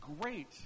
great